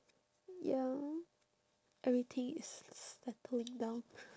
ya everything is s~ s~ settled down